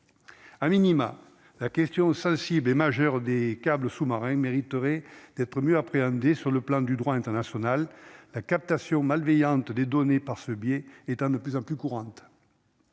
a minima la question sensible est majeure des câbles sous-marins mériterait d'être mieux appréhender sur le plan du droit international, la captation malveillante des données par ce biais, est un de plus en plus courantes